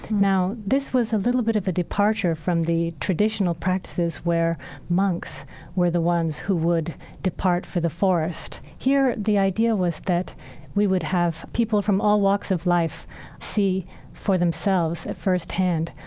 now, this was a little bit of a departure from the traditional practices where monks were the ones who would depart for the forest. here, the idea was that we would have people from all walks of life see for themselves, at firsthand,